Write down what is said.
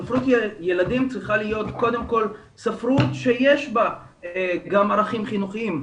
ספרות ילדים צריכה להיות קודם כל ספרות שיש בה גם ערכים חינוכיים,